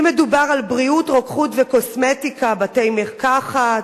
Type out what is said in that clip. אם מדובר על בריאות, רוקחות וקוסמטיקה, בתי-מרקחת,